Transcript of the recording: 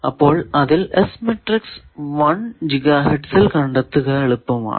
അപ്പോൾ അതിൽ S matrix 1 GHz ൽ കണ്ടെത്തുക എളുപ്പമാണ്